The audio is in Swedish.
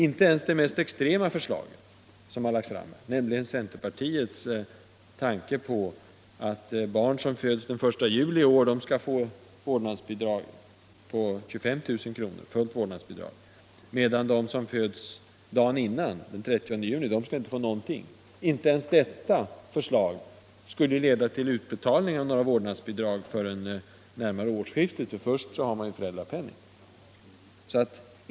Inte ens det mest extrema förslaget av dem som lagts fram — nämligen centerpartiets tanke om att man för barn som föds den 1 juli i år skall få fullt vårdnadsbidrag, 25 000 kr., medan man för dem som föds dagen innan, den 30 juni, inte skall få någonting — skulle leda till utbetalning av några vårdnadsbidrag förrän omkring årsskiftet. Först får man ju föräldrapenningen.